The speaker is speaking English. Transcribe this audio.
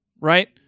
right